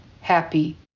happy